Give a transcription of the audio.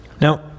Now